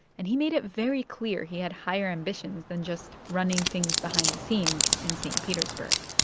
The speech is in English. and he made it very clear he had higher ambitions than just running things behind the scenes in st. petersburg